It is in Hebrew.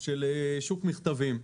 של שוק מכתבים,